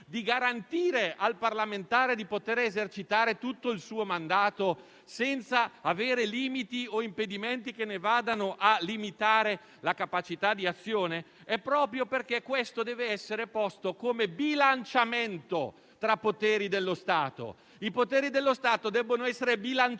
di garantire al parlamentare di poter esercitare tutto il suo mandato, senza limiti o impedimenti che ne vadano a limitare la capacità di azione, è proprio perché questo deve essere posto come bilanciamento tra poteri dello Stato. I poteri dello Stato debbono essere bilanciati,